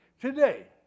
today